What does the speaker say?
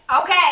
okay